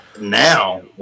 Now